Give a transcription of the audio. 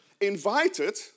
invited